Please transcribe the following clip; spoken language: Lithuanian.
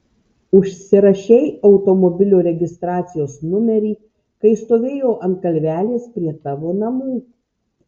užsirašei automobilio registracijos numerį kai stovėjau ant kalvelės prie tavo namų